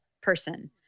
person